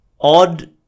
odd